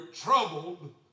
troubled